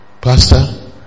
Pastor